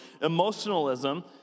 emotionalism